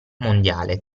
mondiale